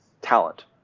talent